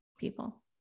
people